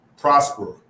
prosper